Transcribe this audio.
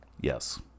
yes